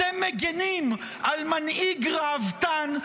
אתם מגינים על מנהיג ראוותן,